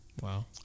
Wow